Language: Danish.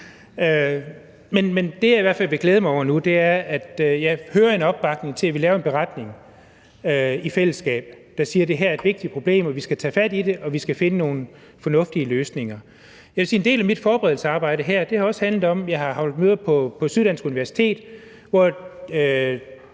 Men det, jeg i hvert fald vil glæde mig over nu, er, at jeg hører en opbakning til, at vi laver en beretning i fællesskab, der siger, at det her er et vigtigt problem, og at vi skal tage fat i det og finde nogle fornuftige løsninger. Jeg vil sige, at en del af mit forberedelsesarbejde her, også har handlet om, at vi har holdt møder på Syddansk Universitet, hvor